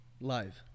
Live